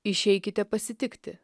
išeikite pasitikti